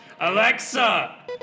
Alexa